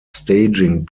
staging